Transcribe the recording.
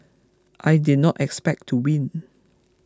I did not expect to win